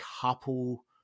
couple